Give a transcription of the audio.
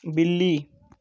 बिल्ली